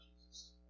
Jesus